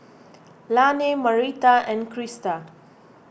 Laney Marita and Christa